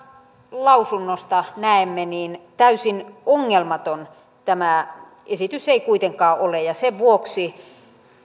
lausunnosta näemme niin täysin ongelmaton tämä esitys ei kuitenkaan ole ja sen vuoksi